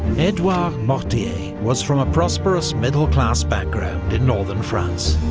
edouard mortier was from a prosperous middle-class background in northern france.